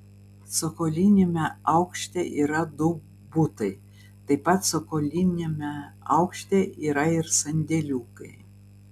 cokoliniame aukšte yra du butai taip pat cokoliniame aukšte yra ir sandėliukai